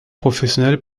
professionnel